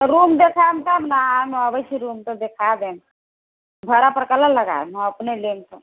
room देखायब तब ना हम अबै छी तब रूम देखाय देब भाड़ा पर काहेले लगायब हम अपने लेब तऽ